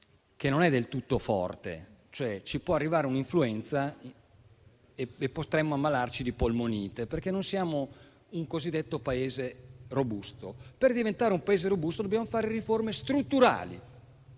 che non è del tutto forte: può arrivare un'influenza e potremmo ammalarci di polmonite, perché non siamo un Paese robusto. Per diventare un Paese robusto dobbiamo fare riforme strutturali